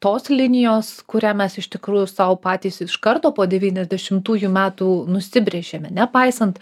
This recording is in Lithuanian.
tos linijos kurią mes iš tikrųjų sau patys iš karto po devyniasdešimtųjų metų nusibrėžėme nepaisant